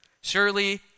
Surely